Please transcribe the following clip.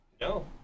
No